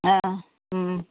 ಹಾಂ ಹ್ಞೂ